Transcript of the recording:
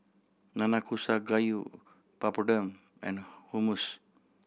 Nanakusa Gayu Papadum and Hummus